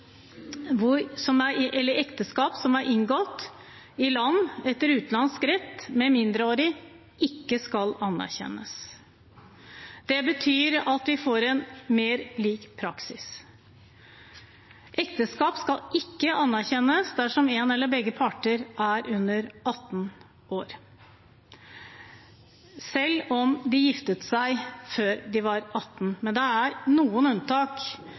som er inngått i land etter utenlandsk rett, ikke skal anerkjennes. Det betyr at vi får en mer lik praksis. Ekteskap skal ikke anerkjennes dersom en eller begge parter er under 18 år, selv om de giftet seg før de var 18. Det er noen unntak.